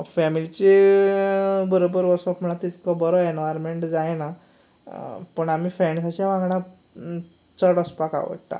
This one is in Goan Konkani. फॅमिलीच्या बरोबर वचप म्हणल्यार तितलो बरो एनवायरमेंट जायना पूण आमी फ्रेंडसांच्या वांगडा चड वचपाक आवडटा आमकां